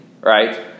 right